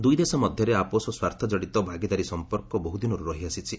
ଦୁଇ ଦେଶ ମଧ୍ୟରେ ଆପୋଷ ସ୍ୱାର୍ଥ କଡ଼ିତ ଭାଗିଦାରୀ ସମ୍ପର୍କ ବହୁ ଦିନରୁ ରହି ଆସିଛି